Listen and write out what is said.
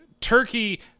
Turkey